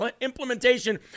implementation